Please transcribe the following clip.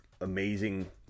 amazing